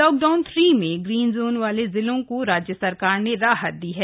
lockdown three में green zone वाले जिलों को राज्य सरकार ने राहत दी है